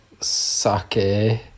sake